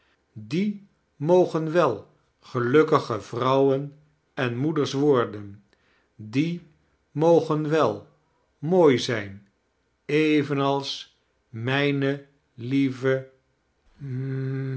die mogen wel gelukkige vrouwen en rmoeders worden die mogen wel mooi zijn evenals mijne lieve